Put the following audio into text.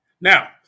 Now